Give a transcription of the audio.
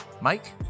Mike